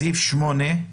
בסעיף 8 נאמר: